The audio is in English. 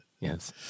Yes